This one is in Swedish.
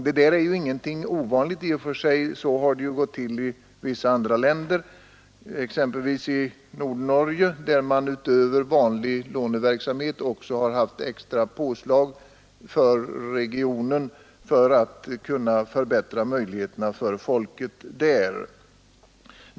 Detta är ingenting ovanligt i och för sig. Så har det ju gått till i vissa andra länder, och exempelvis i Nordnorge har man utöver Nr 120 vanlig låneverksamhet också haft extra påslag för regionen för att kunna Tisdagen den förbättra möjligheterna för folket där.